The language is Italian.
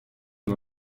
non